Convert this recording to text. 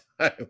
time